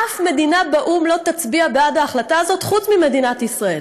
אף מדינה באו"ם לא תצביע בעד ההחלטה הזאת חוץ ממדינת ישראל,